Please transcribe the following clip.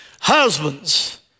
Husbands